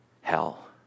hell